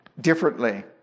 differently